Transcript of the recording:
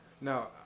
Now